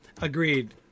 Agreed